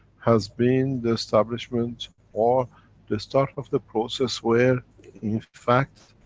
has been the establishment or the start of the process where, in fact,